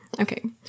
okay